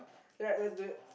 alright let's do it